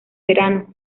verano